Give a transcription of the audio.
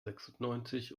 sechsundneunzig